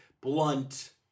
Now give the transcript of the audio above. blunt